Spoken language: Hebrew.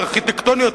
הארכיטקטוניות,